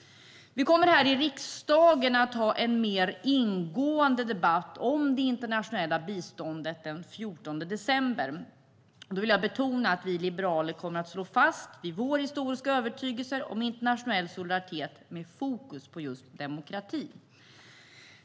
Vi kommer här i riksdagen att ha en mer ingående debatt om det internationella biståndet den 14 december. Jag vill betona att vi liberaler kommer att stå fast vid vår historiska övertygelse om internationell solidaritet med fokus på just demokrati.